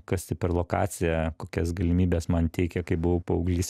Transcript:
kas tai per lokacija kokias galimybes man teikė kai buvau paauglys